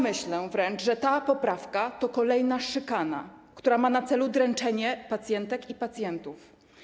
Myślę wręcz, że ta poprawka to kolejna szykana, która ma na celu dręczenie pacjentek i pacjentów.